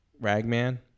Ragman